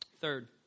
Third